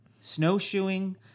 Snowshoeing